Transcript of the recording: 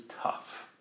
tough